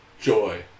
joy